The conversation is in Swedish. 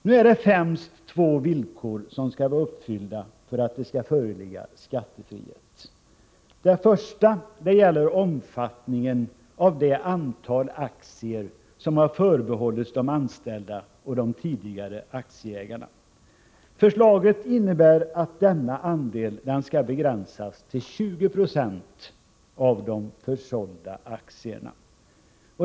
Nu är det främst två villkor som skall vara uppfyllda för att det skall föreligga skattefrihet. Det första gäller omfattningen av det antal aktier som har förbehållits de anställda och de tidigare aktieägarna. Förslaget innebär att denna andel skall begränsas till 20 26 av de försålda aktierna.